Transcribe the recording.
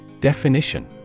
Definition